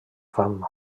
fam